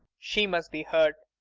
she must be hurt.